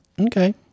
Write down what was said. Okay